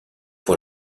pour